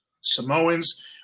samoans